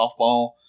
softball